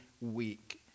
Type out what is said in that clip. week